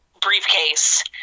briefcase